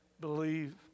believe